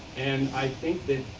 and i think it